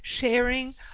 sharing